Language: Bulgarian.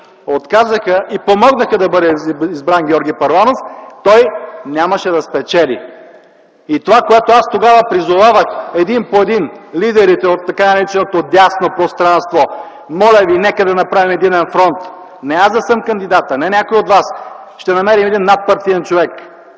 отказаха и помогнаха да бъде избран Георги Първанов, той нямаше да спечели. И тогава аз призовавах един по един лидерите от тъй нареченото дясно пространство: „Моля ви, нека да направим единен фронт, не аз да съм кандидат, не някой от вас, ще намерим един надпартиен човек,